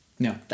No